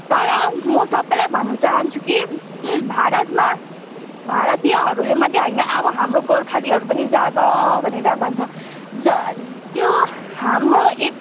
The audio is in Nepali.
तर म सबैलाई भन्न चाहन्छु कि भारतमा भारतीयहरूले मात्रै होइन अब हाम्रो गोर्खालीहरू पनि जाग भनेर भन्छ ज त्यो हाम्रो एकता